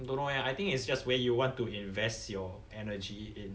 don't know eh I think it's just where you want to invest your energy in